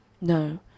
No